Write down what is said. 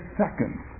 seconds